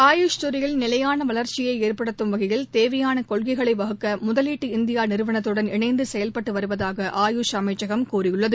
ஆயூஷ் துறையில் நிலையான வளர்ச்சியை ஏற்படுத்தும் வகையில் தேவையான கொள்கைகளை வகுக்க முதகீட்டு இந்தியா நிறுவனத்துடன் இணைந்து செயல்பட்டு வருவதாக ஆயூஷ் அமைச்சகம் கூறியுள்ளது